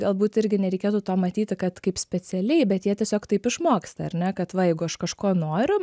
galbūt irgi nereikėtų to matyti kad kaip specialiai bet jie tiesiog taip išmoksta ar ne kad va jeigu aš kažko noriu